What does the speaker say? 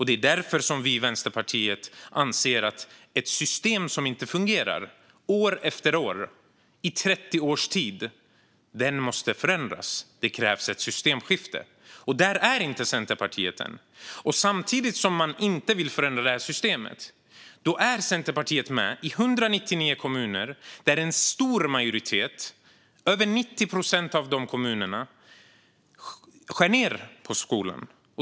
Det är därför vi i Vänsterpartiet anser att ett system som år efter år inte fungerat i 30 års tid måste förändras. Det krävs ett systemskifte. Där är inte Centerpartiet än. Samtidigt som man inte vill förändra systemet är Centerpartiet med och styr i 199 kommuner. En stor majoritet av de kommunerna, över 90 procent, skär ned på skolan.